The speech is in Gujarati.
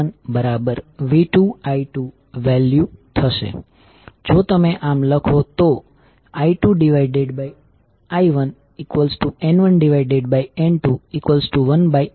હવે આ કિસ્સામાં જો કરંટ ડોટની અંદર જઈ રહ્યો છે અને આ કિસ્સામાં ફરીથી કરંટ ડોટની અંદર જઈ રહ્યો છે તો કુલ ઇન્ડક્ટન્સ એ એડિંગ કનેક્શન ની સમાન હશે